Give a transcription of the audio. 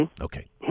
Okay